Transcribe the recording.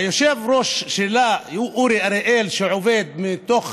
והיושב-ראש שלה, אורי אריאל, שעובד מתוך